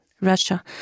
Russia